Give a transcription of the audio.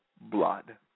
blood